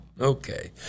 Okay